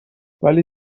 ولی